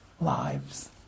lives